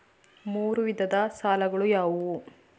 ಮೂರು ವಿಧದ ಸಾಲಗಳು ಯಾವುವು?